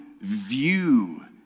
view